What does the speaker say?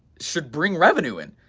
should bring revenue in,